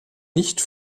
nicht